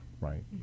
right